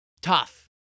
Tough